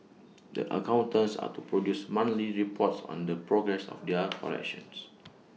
the accountants are to produce monthly reports on the progress of their corrections